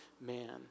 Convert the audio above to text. man